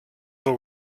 del